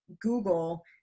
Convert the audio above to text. Google